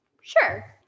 Sure